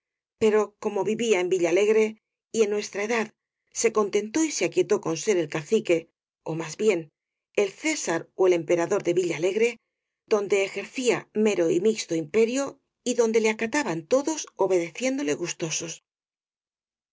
pero como vivía en villalegre y en nuestra edad se contentó y se aquietó con ser el cacique ó más bien el césar ó el emperador de villalegre donde ejercía mero y mixto imperio y donde le acataban todos obedeciéndole gustosos